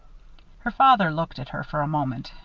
her father looked at her for a moment,